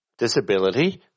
Disability